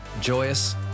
joyous